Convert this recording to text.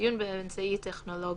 בדיון באמצעי טכנולוגי.